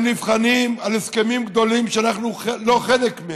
הם נבחנים על הסכמים גדולים שאנחנו לא חלק מהם,